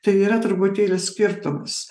tai yra truputėlį skirtumus